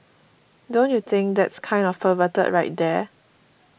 don't you think that's kind of perverted right there